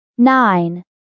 nine